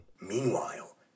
Meanwhile